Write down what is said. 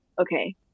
Okay